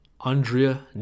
Andrea